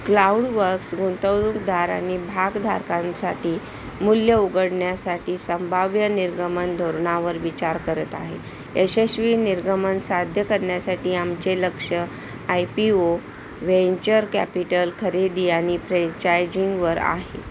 CloudWorks गुंतवणूकदार आणि भागधारकांसाठी मूल्य उघडण्यासाठी संभाव्य निर्गमन धोरणावर विचार करत आहे यशस्वी निर्गमन साध्य करण्यासाठी आमचे लक्ष I P O venture capital खरेदी आणि फ्रेंचायझिंगवर आहे